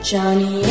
Johnny